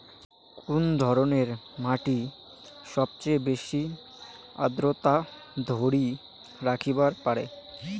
কুন ধরনের মাটি সবচেয়ে বেশি আর্দ্রতা ধরি রাখিবার পারে?